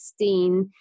2016